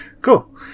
Cool